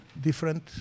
different